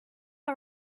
are